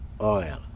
Oil